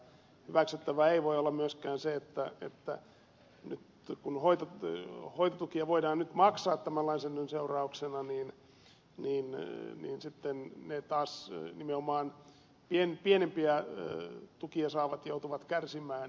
hyväksyttävää ei voi olla myöskään se että nyt kun hoitotukia voidaan maksaa tämän lainsäädännön seurauksena taas nimenomaan pienimpiä tukia saavat joutuvat kärsimään